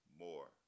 more